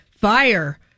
Fire